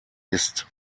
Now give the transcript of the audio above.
ist